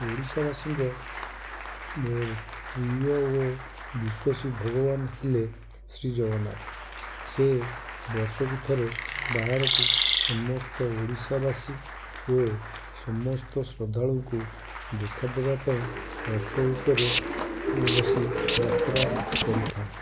ଓଡ଼ିଶାବାସୀ ଙ୍କ ମୋ ପ୍ରିୟ ବିଶ୍ୱାସୀ ଭଗବାନ ହେଲେ ଶ୍ରୀ ଜଗନ୍ନାଥ ସେ ବର୍ଷକୁ ଥରେ ବାହାରକୁ ସମସ୍ତ ଓଡ଼ିଶାବାସୀ ଓ ସମସ୍ତ ଶ୍ରଦ୍ଧାଳୁ ଙ୍କୁ ଦେଖା ଦବାପାଇଁ ରଥ ଉପରେ ବସି ଯାତ୍ରା କରିଥାନ୍ତି